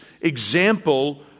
example